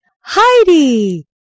Heidi